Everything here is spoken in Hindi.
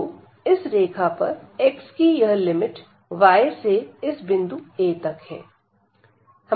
तो इस रेखा पर x की यह लिमिट y से इस बिंदु a तक है